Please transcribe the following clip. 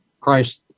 Christ